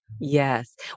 Yes